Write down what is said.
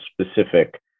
specific